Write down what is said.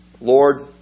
Lord